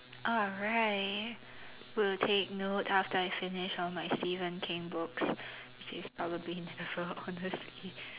alright we'll take note after I finish on my Stephen King books which is probably never honestly